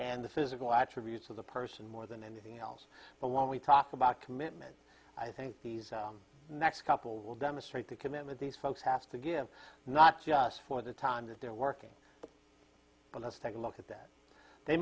and the physical attributes of the person more than anything else but when we talk about commitment i think these next couple will demonstrate the commitment these folks have to give not just for the time that they're working but let's take a look at that they